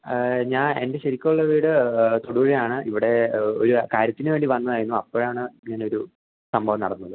ഞാൻ എൻ്റെ ശരിക്കുള്ള വീട് തൊടുപുഴയാണ് ഇവിടെ ഒരു കാര്യത്തിനുവേണ്ടി വന്നതായിരുന്നു അപ്പോഴാണ് ഇങ്ങനെയൊരു സംഭവം നടന്നത്